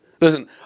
Listen